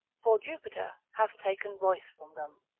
for jupiter hath taken voice from them.